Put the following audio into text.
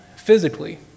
Physically